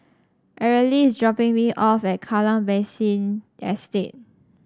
Areli is dropping me off at Kallang Basin Estate